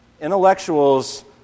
Intellectuals